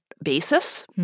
Basis